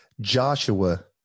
Joshua